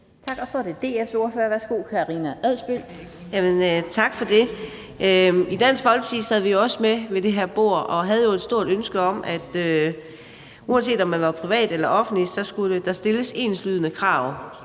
Karina Adsbøl. Værsgo. Kl. 12:22 Karina Adsbøl (DF): Tak for det. I Dansk Folkeparti sad vi også med ved det her bord, og vi havde et stort ønske om, at uanset om man var privat eller offentlig, skulle der stilles enslydende krav.